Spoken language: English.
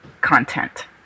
content